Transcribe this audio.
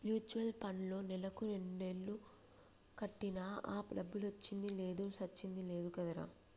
mutual పండ్లో నెలకు రెండేలు కట్టినా ఆ డబ్బులొచ్చింది లేదు సచ్చింది లేదు కదరా